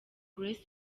grace